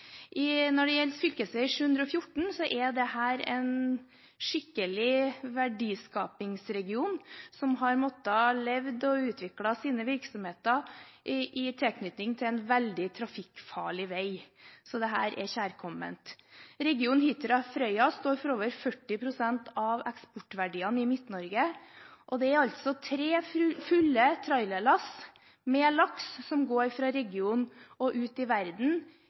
fylkesveiprosjekt. Når det gjelder fv. 714, er dette en skikkelig verdiskapingsregion, som har måttet leve og utvikle sine virksomheter i tilknytning til en veldig trafikkfarlig vei, så dette er kjærkomment. Regionen Hitra–Frøya står for over 40 pst. av eksportverdiene i Midt-Norge, og det er altså tre fulle trailerlass med laks som går fra regionen og ut i verden